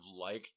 liked